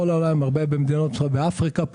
באפריקה,